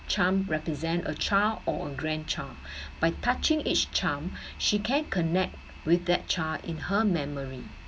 charm represent a child or a grandchild by touching each charm she can connect with that child in her memory